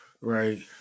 right